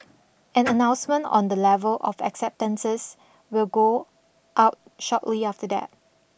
an announcement on the level of acceptances will go out shortly after that